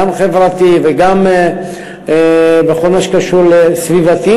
גם חברתי וגם בכל מה שקשור לסביבה.